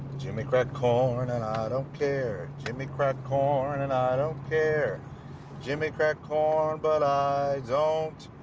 jimmy crack corn and i ah don't care jimmy crack corn and i don't care jimmy crack corn but i don't.